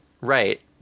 Right